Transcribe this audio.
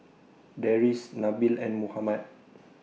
Deris Nabil and Muhammad